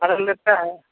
भाड़ा लेते हैं